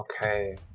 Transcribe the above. Okay